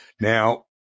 Now